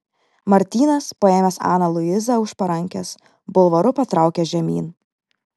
martynas paėmęs aną luizą už parankės bulvaru patraukė žemyn